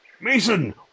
mason